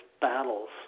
battles